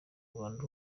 rwanda